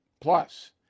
Plus